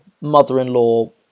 mother-in-law